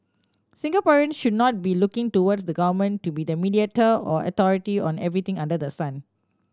Singaporeans should not be looking towards the government to be the mediator or authority on everything under the sun